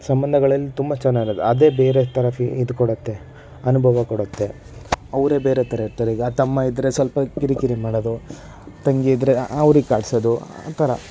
ಸಂಬಂಧಗಳಲ್ಲಿ ತುಂಬ ಚನ್ನಾಗಿರದದೇ ಬೇರೆ ಥರ ಫೀ ಇದು ಕೊಡತ್ತೆ ಅನುಭವ ಕೊಡತ್ತೆ ಅವರೇ ಬೇರೆ ಥರ ಇರ್ತಾರೆ ಈಗ ತಮ್ಮ ಇದ್ದರೆ ಸ್ವಲ್ಪ ಕಿರಿಕಿರಿ ಮಾಡೋದು ತಂಗಿ ಇದ್ದರೆ ಅವರಿಗೆ ಕಾಡಿಸೋದು ಆ ಥರ